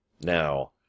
Now